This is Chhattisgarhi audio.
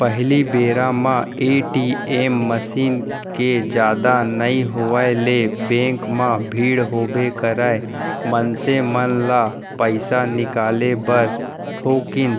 पहिली बेरा म ए.टी.एम मसीन के जादा नइ होय ले बेंक म भीड़ होबे करय, मनसे मन ल पइसा निकाले बर थोकिन